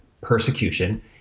persecution